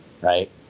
right